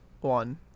one